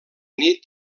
nit